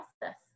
process